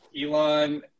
elon